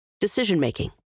Decision-making